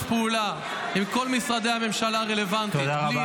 פעולה עם כל משרדי הממשלה הרלוונטיים -- תודה רבה.